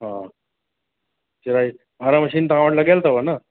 हा चिराई आरामशीन तां वट लॻियलु अथव न